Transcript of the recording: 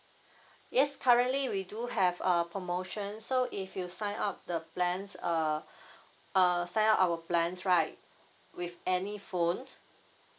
yes currently we do have a promotion so if you sign up the plans err err sign up our plans right with any phone